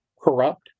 corrupt